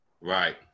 Right